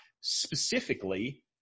specifically